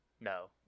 No